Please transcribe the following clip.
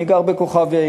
אני גר בכוכב-יאיר,